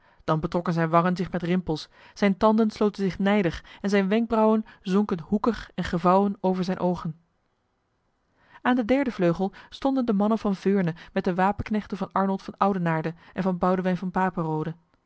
dan betrokken zijn wangen zich met rimpels zijn tanden sloten zich nijdig en zijn wenkbrauwen zonken hoekig en gevouwen over zijn ogen aan de derde vleugel stonden de mannen van veurne met de wapenknechten van arnold van oudenaarde en van boudewyn van